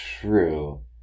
true